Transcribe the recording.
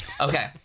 Okay